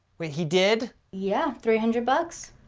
wait, he did? yeah, three hundred bucks.